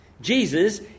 Jesus